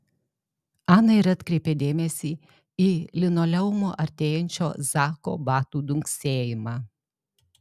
ana ir atkreipė dėmesį į linoleumu artėjančio zako batų dunksėjimą